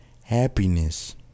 happiness